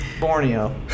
borneo